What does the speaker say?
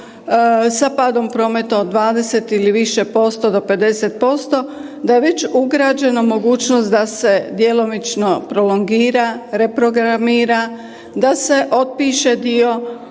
sa padom prometa od 20 ili više posto do 50%, da već ugrađena mogućnost da se djelomično prolongira, reprogramira, da se otpiše dio